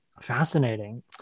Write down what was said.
Fascinating